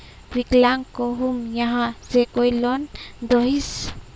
विकलांग कहुम यहाँ से कोई लोन दोहिस?